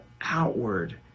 outward